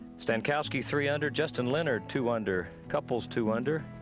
stankowski three under justin. leonard two under couples two under.